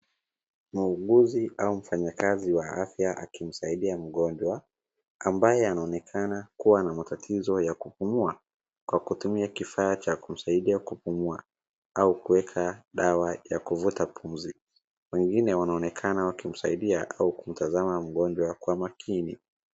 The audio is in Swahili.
Muuguzi au mfanyikazi wa afya akimsaidia mgonjwa ambaye anaonekana kuwa na matatizo ya kupumua kwa kutumia kifaa cha kumsaidia kupumua au kuweka dawa ya kuvuta pumzi , wengine wanaonekana wakimsaidia au wakimtazama mgonjwa.